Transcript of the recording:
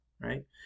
right